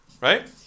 Right